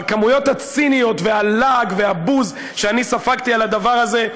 אבל כמויות הציניות והלעג והבוז שאני ספגתי על הדבר הזה,